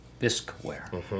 Bisqueware